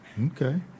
okay